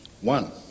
one